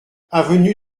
avenue